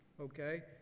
okay